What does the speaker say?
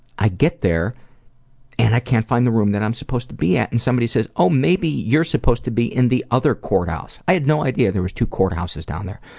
i get there and i can't find the room that i'm supposed to be at and somebody says, oh, maybe you're supposed to be at the other courthouse. i had no idea there was two courthouses down there.